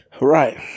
Right